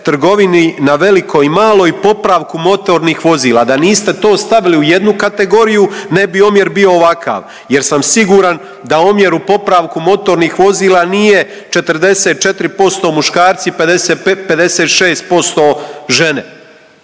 na veliko i malo i popravku motornih vozila, da niste to stavili u jednu kategoriju, ne bi omjer bio ovakav jer sam siguran da omjer u popravku motornih vozila nije 44% muškarci, 56% žene.